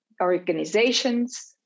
organizations